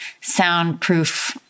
soundproof